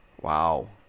Wow